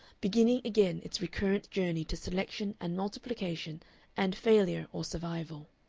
beginning again its recurrent journey to selection and multiplication and failure or survival.